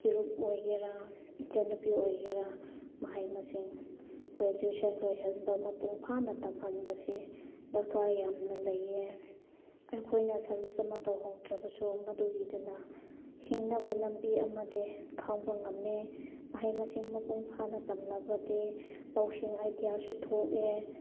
ꯏꯔꯨꯞ ꯑꯣꯏꯒꯦꯔꯥ ꯏꯆꯟꯅꯨꯄꯤ ꯑꯣꯏꯒꯦꯔꯥ ꯃꯍꯩ ꯃꯁꯤꯡ ꯒ꯭ꯔꯦꯖ꯭ꯋꯦꯁꯟ ꯂꯣꯏꯍꯟꯕ ꯃꯄꯨꯡ ꯐꯥꯅ ꯇꯝꯍꯟꯕꯁꯦ ꯗꯔꯀꯥꯔ ꯌꯥꯝꯅ ꯂꯩꯌꯦ ꯑꯩꯈꯣꯏꯅ ꯁꯔꯚꯤꯁ ꯑꯃ ꯇꯧꯍꯧꯗ꯭ꯔꯕꯁꯨ ꯃꯗꯨꯒꯤꯗꯨꯅ ꯍꯤꯡꯅꯕ ꯂꯝꯕꯤ ꯑꯃꯗꯤ ꯈꯪꯕ ꯉꯝꯃꯤ ꯃꯍꯩ ꯃꯁꯤꯡ ꯃꯄꯨꯡ ꯐꯥꯅ ꯇꯝꯂꯕꯗꯤ ꯂꯧꯁꯤꯡ ꯑꯥꯏꯗꯤꯌꯥꯁꯨ ꯊꯣꯛꯑꯦ